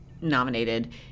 nominated